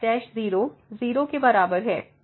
लेकिन 1 में f0 है